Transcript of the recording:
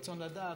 הרצון לדעת,